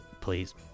Please